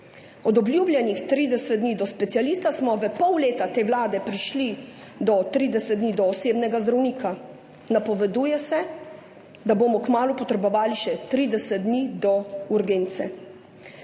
Od obljubljenih 30 dni do specialista smo v pol leta te vlade prišli do 30 dni do osebnega zdravnika. Napoveduje se, da bomo kmalu potrebovali še 30 dni do urgence.